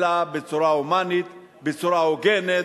אלא בצורה הומנית, בצורה הוגנת,